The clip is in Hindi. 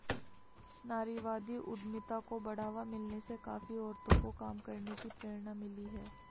नारीवादी उद्यमिता को बढ़ावा मिलने से काफी औरतों को काम करने की प्रेरणा मिली है